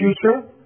future